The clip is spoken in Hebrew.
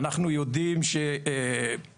עיקרה הנדסית והיא נשענת יחד עם לוחמים בשטח.